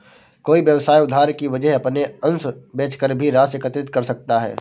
कोई व्यवसाय उधार की वजह अपने अंश बेचकर भी राशि एकत्रित कर सकता है